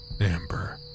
Amber